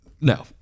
No